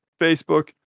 Facebook